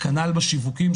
כנ"ל בשיווקים,